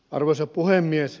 arvoisa puhemies